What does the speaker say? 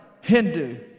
Hindu